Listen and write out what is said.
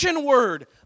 word